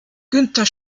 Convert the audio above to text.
günther